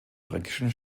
fränkischen